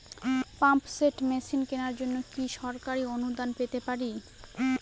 Pump set machine কেনার জন্য কি সরকারি অনুদান পেতে পারি?